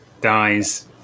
dies